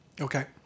Okay